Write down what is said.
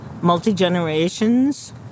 multi-generations